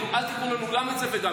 אל תיתנו לנו גם את זה וגם את זה?